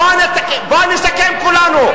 בואו נסכם כולנו.